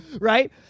Right